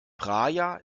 praia